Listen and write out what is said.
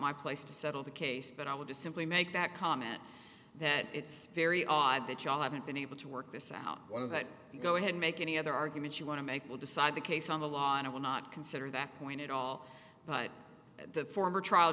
my place to settle the case but i would just simply make that comment that it's very odd that you haven't been able to work this out one of that you go ahead make any other argument you want to make will decide the case on the law and i will not consider that point at all but at the former trial